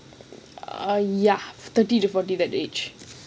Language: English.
err ya thirty to forty that age